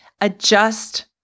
Adjust